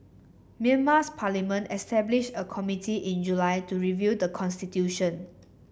Myanmar's parliament established a committee in July to review the constitution